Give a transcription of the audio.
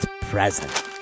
present